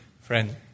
Friend